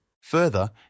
Further